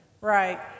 Right